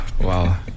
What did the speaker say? Wow